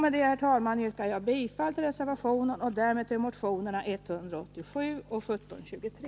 Med det, herr talman, yrkar jag bifall till reservationen och därmed till motionerna 187 och 1723.